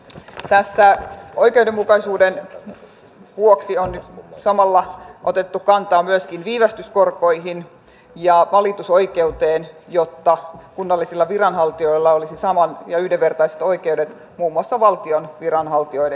tässä oikeudenmukaisuuden vuoksi on nyt samalla otettu kantaa myöskin viivästyskorkoihin ja valitusoikeuteen jotta kunnallisilla viranhaltijoilla olisi samat ja yhdenvertaiset oikeudet muun muassa valtion viranhaltijoiden kanssa